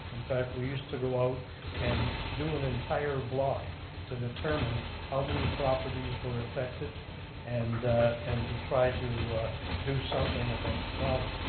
in fact we used to go out and do an entire block to determine how many properties were affected and and to try to do something about the problem.